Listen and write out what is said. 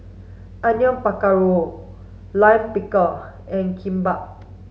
Onion Pakora Lime Pickle and Kimbap